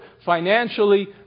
financially